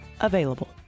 available